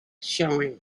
showing